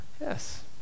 yes